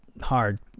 hard